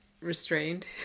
restrained